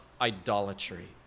idolatry